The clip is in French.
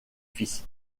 fils